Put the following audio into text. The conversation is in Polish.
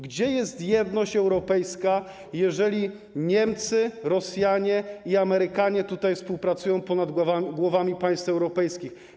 Gdzie jest jedność europejska, jeżeli Niemcy, Rosjanie i Amerykanie współpracują ponad głowami państw europejskich.